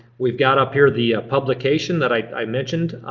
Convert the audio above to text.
we've got up here the publication that i mentioned.